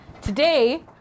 Today